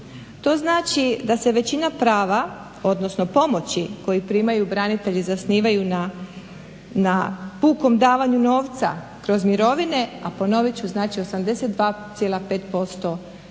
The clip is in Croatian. To znači da se većina prava, odnosno pomoći koje primaju branitelji, zasnivaju na pukom davanju novca kroz mirovine, a ponovit ću znači 82,5%